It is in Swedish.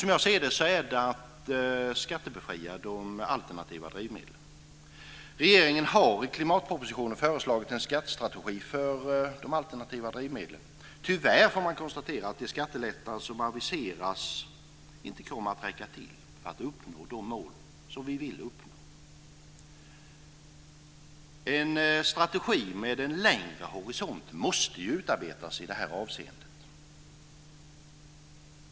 Som jag ser det är det att skattebefria de alternativa drivmedlen. I klimatpropositionen har regeringen föreslagit en skattestrategi för de alternativa drivmedlen. Tyvärr kan man konstatera att de skattelättnader som aviseras inte kommer att räcka till för att uppnå de mål som vi vill uppnå. En strategi med en längre horisont måste utarbetas i det här avseendet.